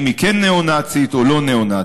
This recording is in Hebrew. היא כן ניאו-נאצית או לא ניאו-נאצית.